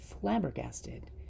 flabbergasted